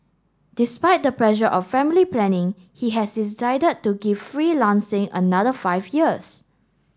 despite the pressure of family planning he has decided to give freelancing another five years